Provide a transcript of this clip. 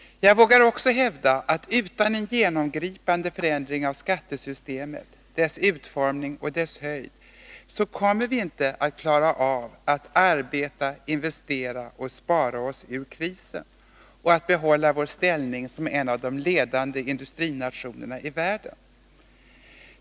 Jag vågar också hävda att utan en genomgripande förändring av skattesystemet, dess utformning och dess höjd kommer vi inte att klara av att arbeta, investera och spara oss ur krisen och att behålla vår ställning som en av de ledande industrinationerna i världen.